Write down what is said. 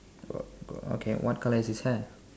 okay what colour is his hair